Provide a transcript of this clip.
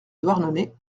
douarnenez